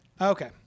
Okay